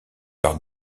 leur